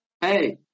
Hey